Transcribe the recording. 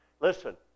Listen